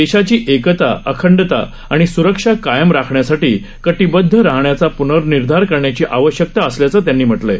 देशाची एकता अखंडता आणि सुरक्षा कायम राखण्यासाठी कटिबद्ध राहण्याचा पुनर्निर्धार करण्याची आवश्यकता असल्याचं त्यांनी म्हटलंय